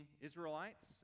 Israelites